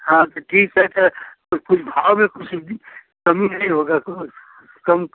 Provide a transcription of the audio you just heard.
हाँ तो ठीक है तो तो कुछ भाव में कुछ भी कमी नहीं होगा कुछ कम